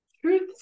truth